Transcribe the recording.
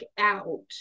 out